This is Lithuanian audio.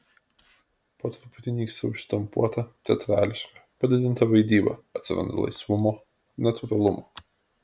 po truputį nyksta užštampuota teatrališka padidinta vaidyba atsiranda laisvumo natūralumo